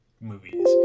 movies